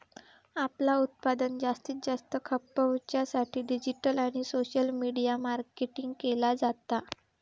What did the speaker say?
आपला उत्पादन जास्तीत जास्त खपवच्या साठी डिजिटल आणि सोशल मीडिया मार्केटिंग केला जाता